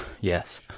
Yes